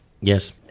Yes